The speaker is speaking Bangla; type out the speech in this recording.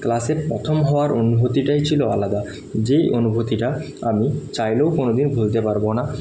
ক্লাসে প্রথম হওয়ার অনুভূতিটাই ছিল আলাদা যেই অনুভূতিটা আমি চাইলেও কোনওদিন ভুলতে পারবো না